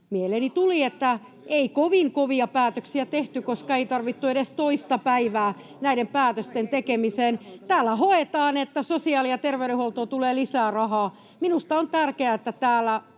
mieleeni tuli, että ei kovin kovia päätöksiä tehty, koska ei tarvittu edes toista päivää näiden päätösten tekemiseen. Täällä hoetaan, että sosiaali- ja terveydenhuoltoon tulee lisää rahaa. Minusta on tärkeää, että täällä